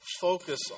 focus